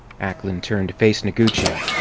ackland turned to face noguchi.